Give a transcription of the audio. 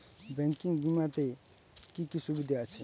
Banking বিমাতে কি কি সুবিধা আছে?